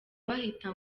bahita